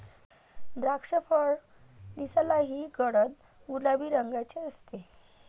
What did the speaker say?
द्राक्षफळ दिसायलाही गडद गुलाबी रंगाचे असते